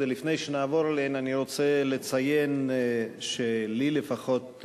ולפני שנעבור אליהן אני רוצה לציין שלי לפחות,